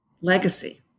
legacy